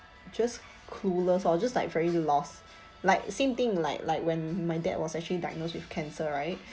just clueless or just like very lost like same thing like like when my dad was actually diagnosed with cancer right